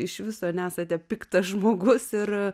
iš viso nesate piktas žmogus ir